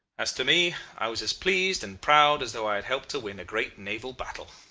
as to me, i was as pleased and proud as though i had helped to win a great naval battle.